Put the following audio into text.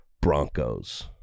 Broncos